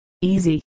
Easy